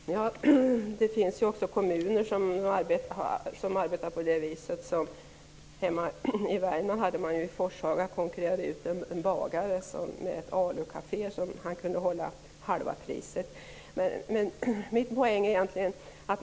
Fru talman! Det finns också kommuner som arbetar på det viset. Hemma i Värmland, i Forshaga, konkurrerades en bagare ut av ett ALU-café, som kunde hålla halva priset.